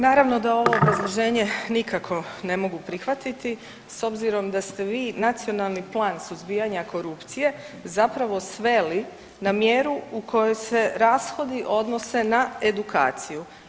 Naravno da ovo obrazloženje nikako ne mogu prihvatiti s obzirom da ste vi Nacionalni plan suzbijanja korupcije zapravo sveli na mjeru u kojoj se rashodi odnose na edukaciju.